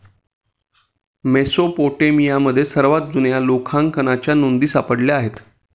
मेसोपोटेमियामध्ये सर्वात जुन्या लेखांकनाच्या नोंदी सापडल्या आहेत